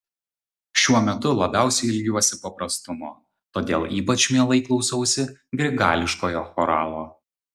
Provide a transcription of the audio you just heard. šiuo metu labiausiai ilgiuosi paprastumo todėl ypač mielai klausausi grigališkojo choralo